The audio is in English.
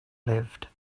lived